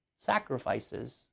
sacrifices